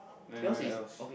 then where else